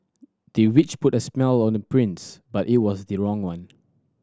the witch put a spell on the prince but it was the wrong one